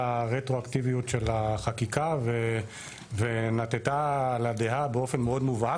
הרטרואקטיביות של החקיקה ונטתה לדעה באופן מאוד מובהק,